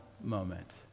moment